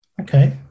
okay